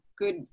good